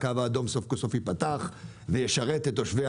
הקו האדום סוף כל סוף ייפתח וישרת את התושבים